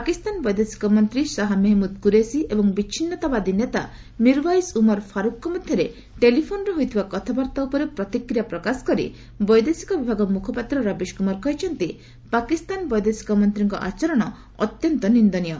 ପାକିସ୍ତାନ ବୈଦେଶିକ ମନ୍ତ୍ରୀ ସାହା ମେହେଞ୍ଜୁଦ କୁରେସି ଓ ବିଚ୍ଛିନ୍ନତାବାଦୀ ନେତା ମିର୍ୱାଇଜ୍ ଉମର୍ ଫାରୁଖ୍ଙ୍କ ମଧ୍ୟରେ ଟେଲିଫୋନ୍ରେ ହୋଇଥିବା କଥାବାର୍ତ୍ତା ଉପରେ ପ୍ରତିକ୍ରିୟା ପ୍ରକାଶ କରି ବୈଦେଶିକ ବିଭାଗ ମୁଖପାତ୍ର ରବିଶ କୁମାର କହିଛନ୍ତି ପାକିସ୍ତାନ ବୈଦେଶିକ ମନ୍ତ୍ରୀଙ୍କ ଆଚରଣ ଅତ୍ୟନ୍ତ ନିନ୍ଦନୀୟ